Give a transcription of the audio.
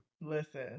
Listen